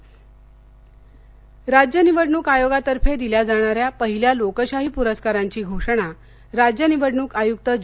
लोकशाही प्रस्कार राज्य निवडणूक आयोगातर्फे दिल्या जाणाऱ्या पहिल्या लोकशाही पुरस्कारांची घोषणा राज्य निवडणूक आयुक्त ज